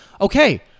Okay